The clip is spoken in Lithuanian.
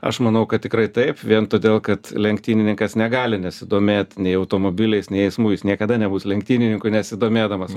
aš manau kad tikrai taip vien todėl kad lenktynininkas negali nesidomėt nei automobiliais nei eismu jis niekada nebus lenktynininku nesidomėdamas